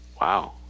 Wow